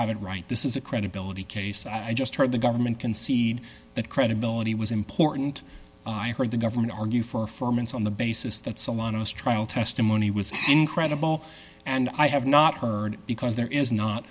have it right this is a credibility case i just heard the government concede that credibility was important i heard the government argue for formants on the basis that some honest trial testimony was incredible and i have not heard because there is not